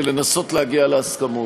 ולנסות להגיע להסכמות.